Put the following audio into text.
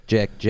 Jack